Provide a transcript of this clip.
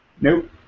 Nope